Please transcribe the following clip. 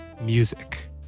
music